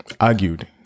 argued